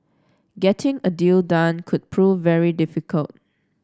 getting a deal done could prove very difficult